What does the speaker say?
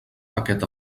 paquet